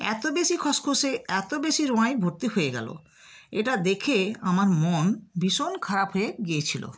এতো বেশি খসখসে এতো বেশি রোঁয়ায় ভর্তি হয়ে গেলো এটা দেখে আমার মন ভীষণ খারাপ হয়ে গিয়েছিলো